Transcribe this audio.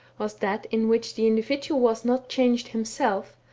was that in which the individual was not changed himself,